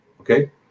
Okay